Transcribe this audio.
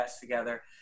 together